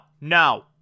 no